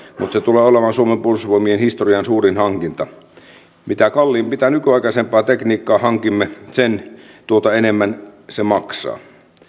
mutta se tulee olemaan suomen puolustusvoimien historian suurin hankinta mitä nykyaikaisempaa tekniikkaa hankimme sitä enemmän se maksaa